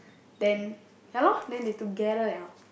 then ya lor then they together liao